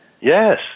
Yes